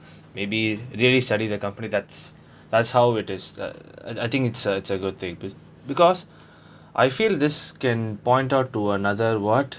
maybe really study the company that's that's how it is uh I I think it's a it's a good thing be~ because I feel this can point out to another what